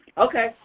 okay